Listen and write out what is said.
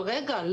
אבל רגע,